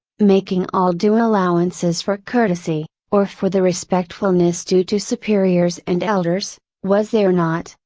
making all due allowances for courtesy, or for the respectfulness due to superiors and elders, was there not,